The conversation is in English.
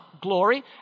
glory